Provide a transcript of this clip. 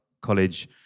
college